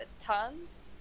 tons